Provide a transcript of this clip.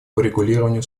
урегулированию